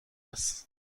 است